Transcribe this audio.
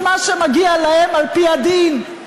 את מה שמגיע להם על-פי הדין,